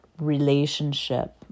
relationship